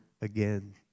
again